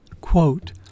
quote